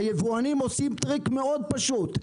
היבואנים עושים טריק מאוד פשוט,